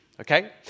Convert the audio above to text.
okay